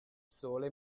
sole